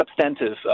substantive